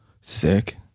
Sick